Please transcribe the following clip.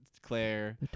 Claire